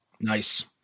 Nice